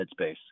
headspace